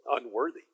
unworthy